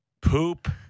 Poop